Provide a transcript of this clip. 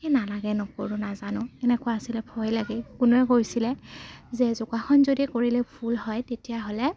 এই নালাগে নকৰোঁ নাজানো এনেকুৱা আছিলে ভয় লাগে কোনোৱে কৈছিলে যে যোগাসন যদি কৰিলে ভুল হয় তেতিয়াহ'লে